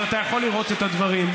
אבל אתה יכול לראות את הדברים.